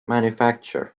manufacture